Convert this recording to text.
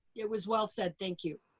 it was well said, thank you.